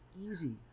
Easy